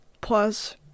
plus